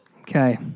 Okay